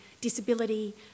disability